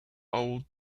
ole